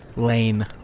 Lane